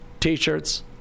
t-shirts